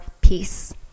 peace